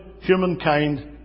humankind